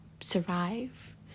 survive